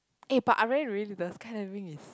eh but I really really the skydiving is